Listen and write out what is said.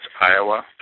Iowa